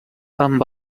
amb